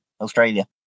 Australia